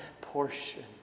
portion